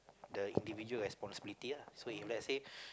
the individual responsibility ah so let's say